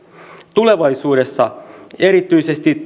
tulevaisuudessa erityisesti